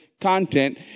content